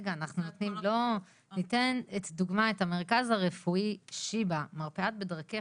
דקה אנחנו נותנים כדוגמא את המרכז הרפואי שיבא מרפאת "בדרכך",